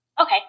okay